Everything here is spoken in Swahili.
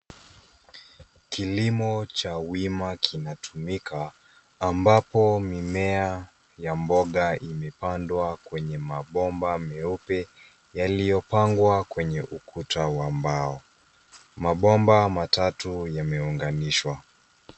Kilimo cha wima kinatumika ambapo mimea ya mboga imepandwa kwenye mapomba mweupe yaliyopangwa kwenye ukuta wa mbao mapomba matatu yamezungushiwa.